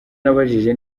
nabajije